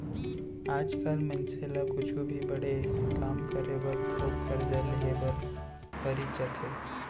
आज काल मनसे ल कुछु भी बड़े काम करे बर थोक करजा लेहे बर परीच जाथे